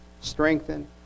strengthen